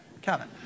Kevin